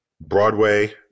Broadway